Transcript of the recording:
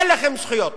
אין לכם זכויות.